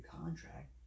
contract